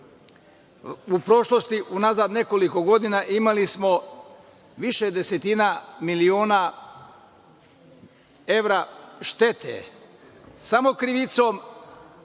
u prošlosti, unazad nekoliko godina, imali smo više desetina miliona evra štete samo krivicom